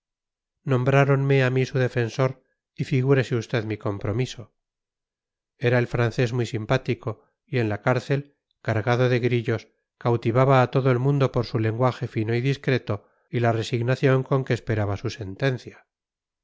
servía nombráronme a mí su defensor y figúrese usted mi compromiso era el francés muy simpático y en la cárcel cargado de grillos cautivaba a todo el mundo por su lenguaje fino y discreto y la resignación con que esperaba su sentencia